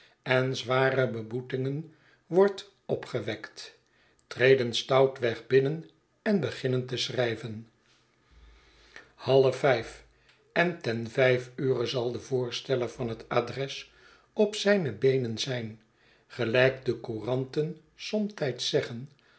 en zware beboetingen wordtopgewekt treden stoutweg binnen en beginnen te schrijven half vijf en ten vijf ure zal de voorsteller van het adres op zijne beenen zijn gelijkdecouranten somtijds zeggen